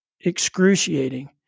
excruciating